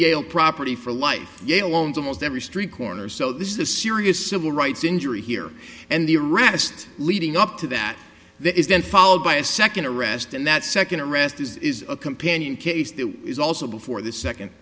jail property for life yeah loans almost every street corner so this is a serious civil rights injury here and the arrest leading up to that there is then followed by a second arrest and that second arrest this is a companion case that is also before the second